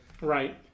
Right